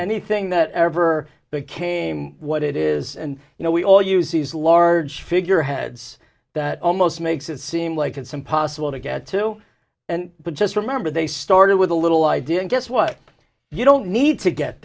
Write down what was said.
anything that ever became what it is and you know we all use these large figureheads that almost makes it seem like it's impossible to get to and just remember they started with a little idea and guess what you don't need to get